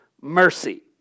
mercy